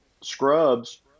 scrubs